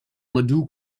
ladue